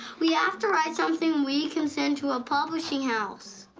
we have to write something we can send to a publishing house.